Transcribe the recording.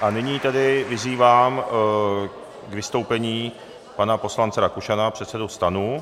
A nyní tedy vyzývám k vystoupení pana poslance Rakušana, předsedu STANu.